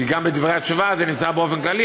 כי גם בדברי התשובה זה נמצא באופן כללי,